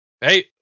Hey